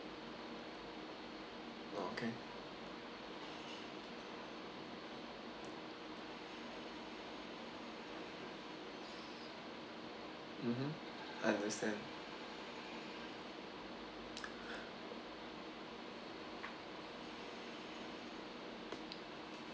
okay mmhmm I understand